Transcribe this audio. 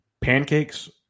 Pancakes